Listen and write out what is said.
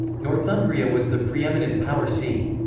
northumbria was the pre-eminent power c.